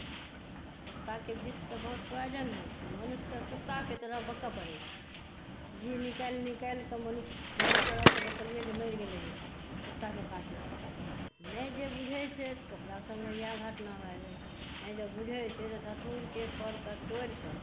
कुत्ताके विष तऽ बहुत पोआइजन होइ छै मनुष्यके कुत्ताक तरह भूकय परै छै जीह जीह निकालि निकालिकऽ मनुष्य बहुत तरहके देखलियै जे मरि गेलै हँ कुत्ताके काटलासॅं नहि जे बुझैत छथि ओकरासभमे इएह घटना भए जाइ छै नहि जे बुझै छै तऽ धतूरके फरके तोड़िके